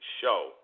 show